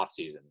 offseason